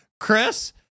Chris